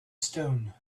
stone